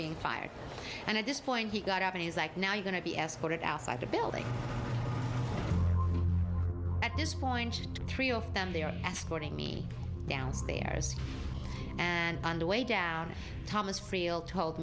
being fired and at this point he got up and he's like now you going to be escorted outside the building at this point three of them they are escorting me downstairs and on the way down thomas